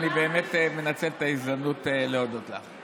אני באמת מנצל את ההזדמנות להודות לך.